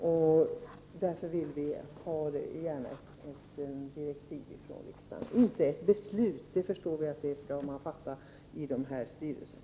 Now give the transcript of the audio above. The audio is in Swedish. Vi skulle alltså gärna vilja att det lämnades ett direktiv från riksdagen, inte ett beslut, eftersom beslut skall fattas i styrelserna.